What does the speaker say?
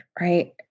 right